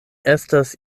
estas